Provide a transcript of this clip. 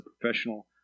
professional